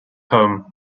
home